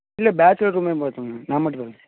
இல்லை பேச்சுலர் ரூமே பார்த்துக்குங்க நான் மட்டும்தான்